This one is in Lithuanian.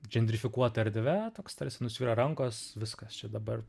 džrendrifikuota erdve toks tarsi nusvyra rankos viskas čia dabar